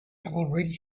already